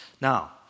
Now